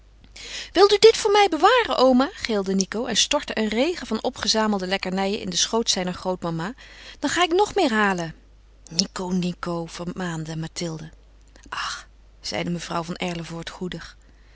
wil u dit voor mij bewaren oma gilde nico en stortte een regen van opgezamelde lekkernijen in den schoot zijner grootmama dan ga ik nog meer halen nico nico vermaande mathilde ach zeide mevrouw van erlevoort goedig